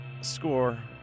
score